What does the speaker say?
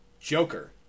Joker